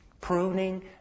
pruning